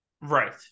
Right